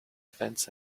fence